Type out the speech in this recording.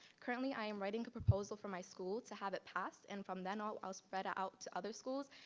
currently, i am writing a proposal for my school to have it passed and from then all all spread out to other schools.